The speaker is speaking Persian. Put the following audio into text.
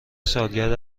سالگرد